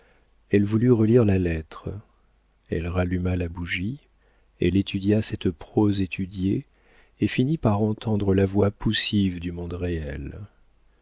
elle voulut relire la lettre elle ralluma la bougie elle étudia cette prose étudiée et finit par entendre la voix poussive du monde réel